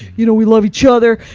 you know we love each other.